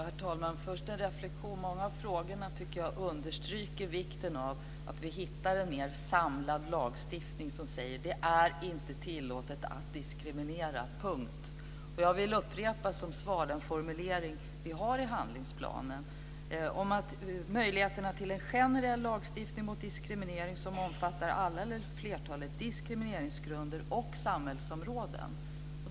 Herr talman! Jag har först en reflexion. Jag tycker att många av frågorna understryker vikten av att vi hittar en mer samlad lagstiftning som säger: Det är inte tillåtet att diskriminera, punkt slut. Jag vill upprepa som svar den formulering vi har i handlingsplanen om möjligheterna till en generell lagstiftning mot diskriminering som omfattar alla eller flertalet diskrimineringsgrunder och samhällsområden.